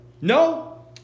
No